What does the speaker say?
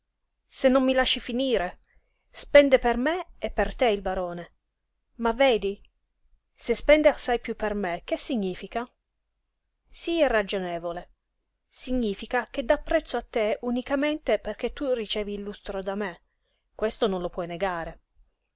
se non mi lasci finire spende per me e per te il barone ma vedi se spende assai piú per me che significa sii ragionevole significa che dà prezzo a te unicamente perché tu ricevi il lustro da me questo non lo puoi negare